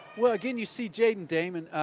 well, again you see jaden damon.